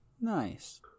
Nice